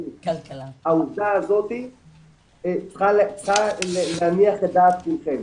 העובדה הזאתי צריכה להניח את הדעת כולכם.